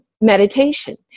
meditation